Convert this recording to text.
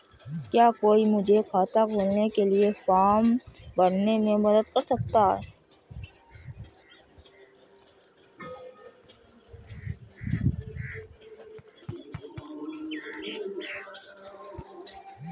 क्या कोई मुझे खाता खोलने के लिए फॉर्म भरने में मदद कर सकता है?